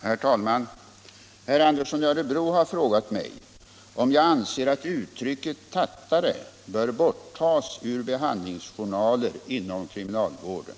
Herr talman! Herr Andersson i Örebro har frågat mig om jag anser att uttrycket ”tattare” bör borttagas ur behandlingsjournaler inom kriminalvården.